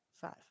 Five